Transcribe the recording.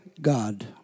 God